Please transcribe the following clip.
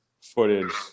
footage